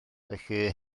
felly